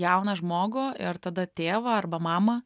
jauną žmogų ir tada tėvą arba mamą